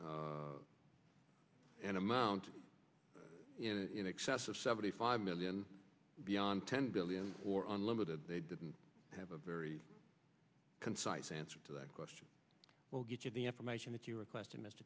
handling an amount in excess of seventy five million beyond ten billion or unlimited they didn't have a very concise answer to that question will get you the information that you requested m